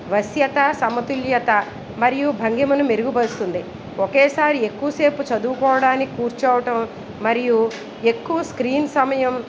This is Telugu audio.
వశ్యత సమతుల్యత మరియు భంగిమను మెరుగుపరుస్తుంది ఒకేసారి ఎక్కువ సేపు చదువుకోవడానికి కూర్చోవడం మరియు ఎక్కువ స్క్రీన్ సమయం